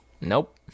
nope